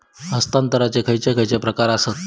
हस्तांतराचे खयचे खयचे प्रकार आसत?